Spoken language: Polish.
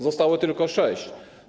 Zostało tylko sześć.